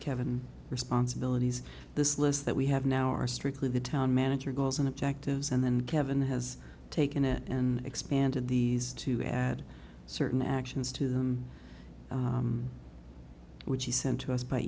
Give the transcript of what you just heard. kevan responsibilities this list that we have now are strictly the town manager goals and objectives and then kevin has taken it and expanded these to add certain actions to them which he sent to us by